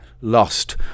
lost